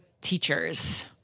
Teachers